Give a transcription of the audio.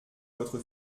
votre